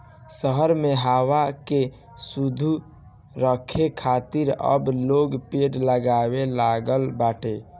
शहर में हवा के शुद्ध राखे खातिर अब लोग पेड़ लगावे लागल बाटे